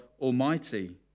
Almighty